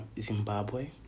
Zimbabwe